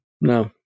no